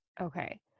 okay